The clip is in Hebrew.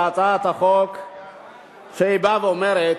הזאת אומרת: